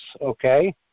okay